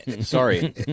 Sorry